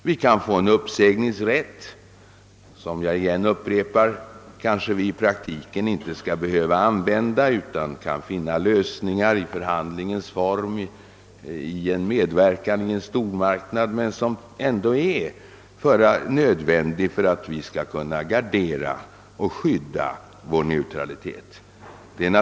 Vi kan också få en uppsägningsrätt — som vi kanske inte behöver använda i praktiken, eftersom vi kan finna lösningar i förhandlingens form vid vår medverkan i en stormarknad — som är nödvändig för att vi skall kunna garantera och skydda vår neutralitet.